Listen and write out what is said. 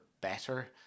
better